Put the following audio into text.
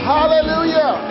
Hallelujah